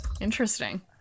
Interesting